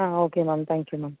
ah okay ma'am thank you ma'am